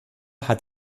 hat